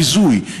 ביזוי,